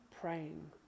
praying